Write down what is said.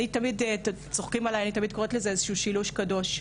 תמיד צוחקים עלי שאני קוראת לזה איזשהו שילוש קדוש: